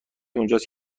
اونجاست